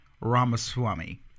Ramaswamy